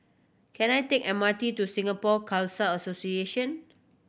can I take M R T to Singapore Khalsa Association